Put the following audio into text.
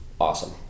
awesome